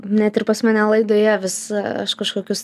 net ir pas mane laidoje visa aš kažkokius